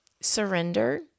surrender